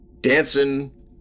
Dancing